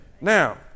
Now